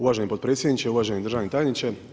Uvaženi potpredsjedniče, uvažani državni tajniče.